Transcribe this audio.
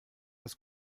das